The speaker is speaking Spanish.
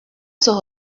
sus